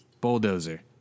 Bulldozer